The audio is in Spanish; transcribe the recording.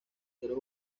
seres